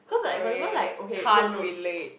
sorry can't relate